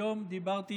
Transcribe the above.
היום דיברתי